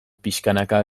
pixkanaka